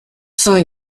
cinq